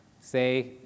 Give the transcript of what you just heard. say